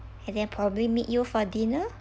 and then probably meet you for dinner